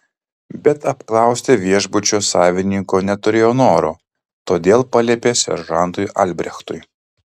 bet apklausti viešbučio savininko neturėjo noro todėl paliepė seržantui albrechtui